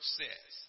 says